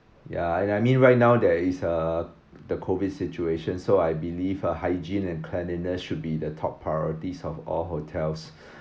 ya I I mean right now there is uh the COVID situation so I believe the hygiene and cleanliness should be the top priorities of all hotels